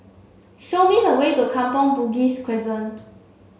show me the way to Kampong Bugis Crescent